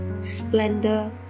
splendor